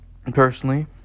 Personally